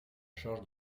charge